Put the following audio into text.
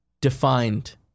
defined